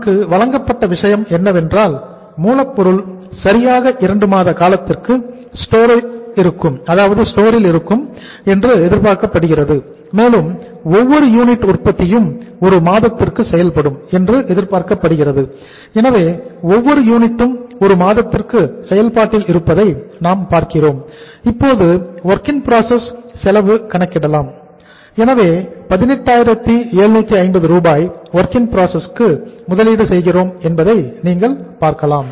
நமக்கு வழங்கப்பட்ட விஷயம் என்னவென்றால் மூலப்பொருள் சரியாக 2 மாத காலத்திற்கு ஸ்டோர் க்கு முதலீடு செய்கிறோம் என்பதை நீங்கள் பார்க்கலாம்